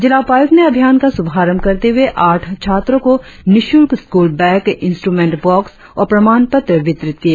जिला उपायुक्त ने अभियान का शुभारंभ करते हुए आठ छात्रों को निशूल्क स्कूल बैग इंस्ट्रमेंट बॉक्स और प्रमाण पत्र वितरित किए